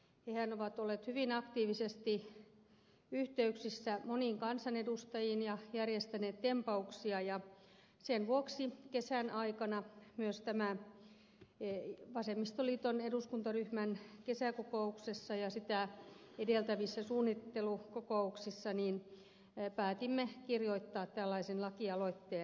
hehän ovat olleet hyvin aktiivisesti yhteyksissä moniin kansanedustajiin ja järjestäneet tempauksia ja sen vuoksi kesän aikana myös vasemmistoliiton eduskuntaryhmän kesäkokouksessa ja sitä edeltävissä suunnittelukokouksissa päätimme kirjoittaa tällaisen lakialoitteen